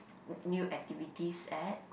new activities at